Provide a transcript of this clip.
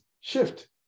shift